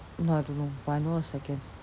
no I don't know but I know it's second